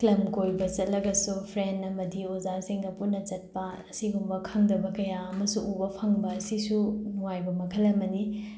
ꯂꯝꯀꯣꯏꯕ ꯆꯠꯂꯒꯁꯨ ꯐ꯭ꯔꯦꯟ ꯑꯃꯗꯤ ꯑꯣꯖꯥꯁꯤꯡꯒ ꯄꯨꯟꯅ ꯆꯠꯄ ꯑꯁꯤꯒꯨꯝꯕ ꯈꯪꯗꯕ ꯀꯌꯥ ꯑꯃꯁꯨ ꯎꯕ ꯐꯪꯕ ꯑꯁꯤꯁꯨ ꯅꯨꯡꯉꯥꯏꯕ ꯃꯈꯜ ꯑꯃꯅꯤ